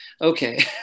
Okay